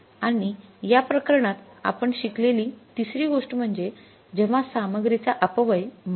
आणि या प्रकरणात आपण शिकलेली तिसरी गोष्ट म्हणजे जेव्हा सामग्रीचा अपव्यय होतो